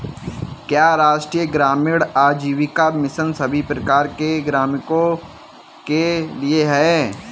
क्या राष्ट्रीय ग्रामीण आजीविका मिशन सभी प्रकार के ग्रामीणों के लिए है?